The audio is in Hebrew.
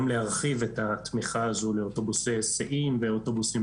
גם להרחיב את התמיכה הזו לאוטובוסי היסעים ואוטובוסים